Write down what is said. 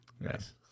Yes